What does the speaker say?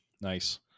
nice